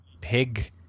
pig